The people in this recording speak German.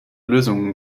lösungen